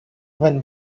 when